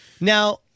Now